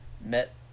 met